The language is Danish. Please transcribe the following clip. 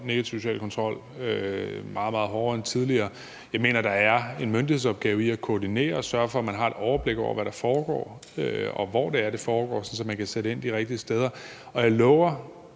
og negativ social kontrol meget, meget hårdere end tidligere. Jeg mener, der er en myndighedsopgave i at koordinere det og sørge for, at man har et overblik over, hvad der foregår, og hvor det er, det foregår, sådan at man kan sætte ind de rigtige steder.